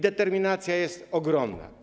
Determinacja jest ogromna.